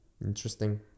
Interesting